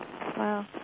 Wow